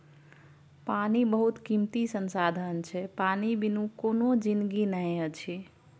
पानि बहुत कीमती संसाधन छै पानि बिनु कोनो जिनगी नहि अछि